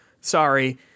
sorry